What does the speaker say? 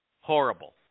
horrible